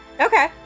Okay